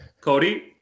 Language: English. Cody